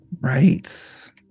Right